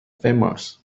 famous